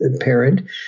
parent